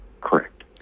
Correct